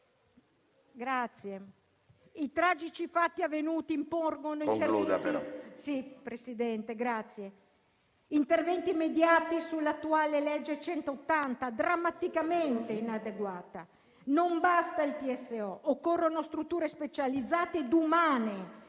grazie. I tragici fatti avvenuti impongono interventi immediati sull'attuale legge n. 180, drammaticamente inadeguata. Non basta il TSO; occorrono strutture specializzate e umane,